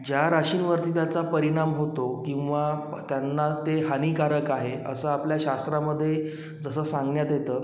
ज्या राशींवरती त्याचा परिणाम होतो किंवा प् त्यांना ते हानिकारक आहे असं आपल्या शास्त्रामधे जसं सांगण्यात येतं